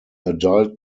adult